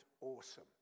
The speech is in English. awesome